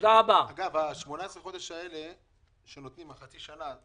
ה-18 חודש האלה שנותנים, חצי שנה,